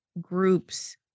groups